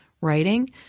writing